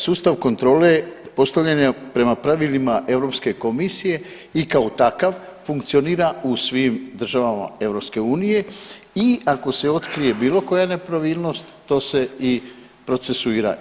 Sustav kontrole postavljen je prema pravilima Europske komisije i kao takav funkcionira u svim državama EU i ako se otkrije bilo koja nepravilnost to se i procesuira.